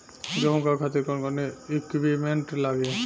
गेहूं उगावे खातिर कौन कौन इक्विप्मेंट्स लागी?